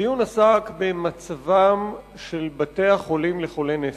הדיון עסק במצבם של בתי-החולים לחולי נפש.